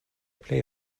plej